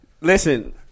Listen